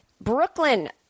Brooklyn